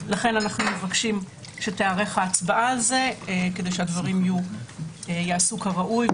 לכן אנחנו מבקשים שתערך ההצבעה על זה כדי שהדברים ייעשו כראוי,